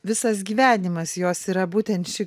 visas gyvenimas jos yra būtent ši